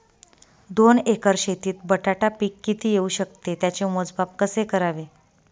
दोन एकर शेतीत बटाटा पीक किती येवू शकते? त्याचे मोजमाप कसे करावे?